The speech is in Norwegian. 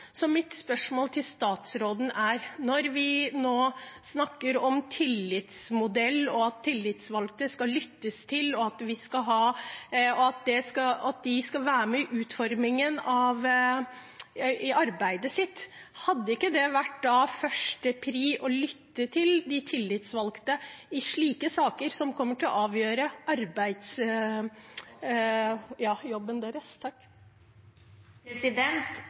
Så mitt spørsmål til statsråden er: Når vi nå snakker om tillitsmodell og at tillitsvalgte skal lyttes til, og at de skal være med i utformingen av arbeidet sitt, hadde det ikke da vært førsteprioritet å lytte til de tillitsvalgte i slike saker, som vil være avgjørende for jobben deres?